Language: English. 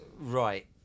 right